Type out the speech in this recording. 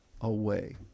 away